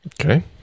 Okay